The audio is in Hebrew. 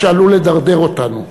שעלול לדרדר אותנו,